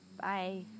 Bye